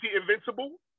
Invincible